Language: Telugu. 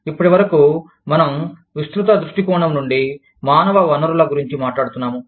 ఇప్పటివరకు మనం విస్తృత దృష్టికోణం నుండి మానవ వనరుల గురించి మాట్లాడుతున్నాము